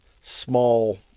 small